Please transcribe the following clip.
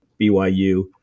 BYU